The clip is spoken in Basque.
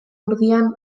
urdiain